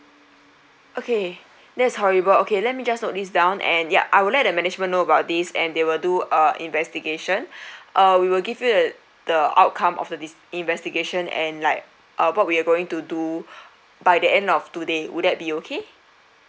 okay that's horrible okay let me just note this down and yeah I will let the management know about this and they will do uh investigation uh we will give you the the outcome of the investigation and like ah what we're going to do by the end of today would that be okay